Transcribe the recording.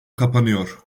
kapanıyor